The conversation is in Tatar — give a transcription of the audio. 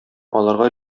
аларга